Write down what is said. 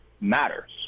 matters